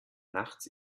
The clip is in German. nachts